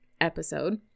episode